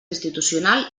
institucional